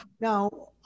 Now